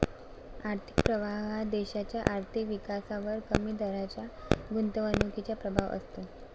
आर्थिक प्रभाव हा देशाच्या आर्थिक विकासावर कमी दराच्या गुंतवणुकीचा प्रभाव असतो